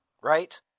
right